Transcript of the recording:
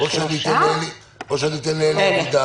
או שאני אתן לאלי אבידר?